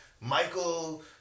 Michael